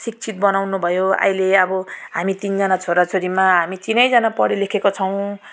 शिक्षित बनाउनु भयो अहिले अब हामी तिनजना छोरा छोरीमा हामी तिनैजना पढे लेखेको छौँ